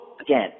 again